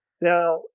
Now